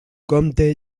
compte